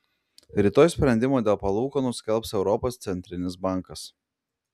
rytoj sprendimą dėl palūkanų skelbs europos centrinis bankas